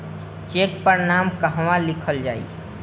Check पर नाम कहवा लिखल जाइ?